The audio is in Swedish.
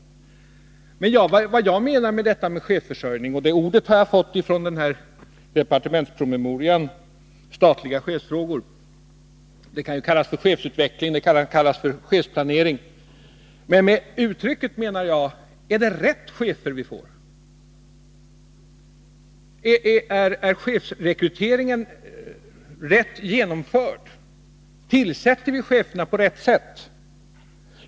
Men med min fråga när det gäller chefsförsörjningen, ett uttryck som jag har fått från departementspromemorian ”Statliga chefsfrågor” — det kan också kallas för chefsutbildning eller chefsplanering — menar jag: Är det rätt chefer vi får? Tillsätter vi cheferna på rätt sätt?